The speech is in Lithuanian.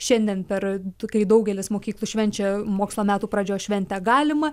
šiandien per du kai daugelis mokyklų švenčia mokslo metų pradžios šventę galima